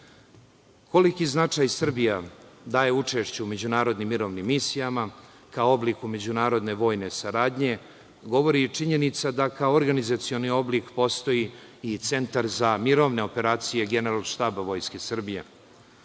celini. Koliki značaj Srbija daje učešće u međunarodnim mirovnim misijama kao oblik u međunarodne vojne saradnje govori i činjenica da kao organizacioni oblik postoji i Centar za mirovne operacija Generalštaba Vojske Srbije.